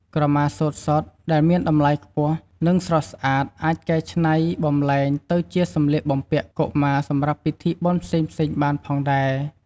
ក្រមាសូត្រសុទ្ធដែលមានតម្លៃខ្ពស់ និងស្រស់ស្អាត អាចច្នៃបម្លែងទៅជាសម្លៀកបំពាក់កុមារសម្រាប់ពិធីបុណ្យផ្សេងៗបានផងដែរ។